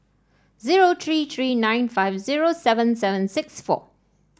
zero three three nine five zero seven seven six four